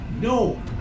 No